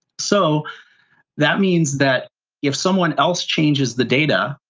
so that means that if someone else changes the data,